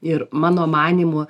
ir mano manymu